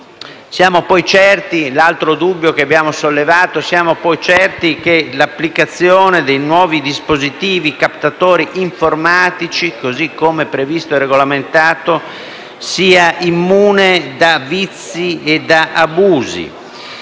Siamo poi certi, riguardo all'altro dubbio che abbiamo sollevato, che l'applicazione dei nuovi dispositivi captatori informatici, così come previsto e regolamentato, sia immune da vizi e da abusi.